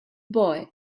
boy